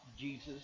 Jesus